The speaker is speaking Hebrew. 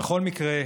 בכל מקרה,